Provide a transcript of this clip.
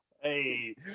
Hey